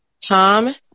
Tom